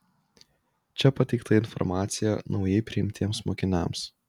čia pateikta informacija naujai priimtiems mokiniams